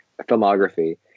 filmography